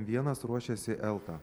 vienas ruošiasi elta